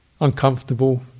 Uncomfortable